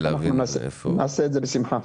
נעשה את זה בשמחה.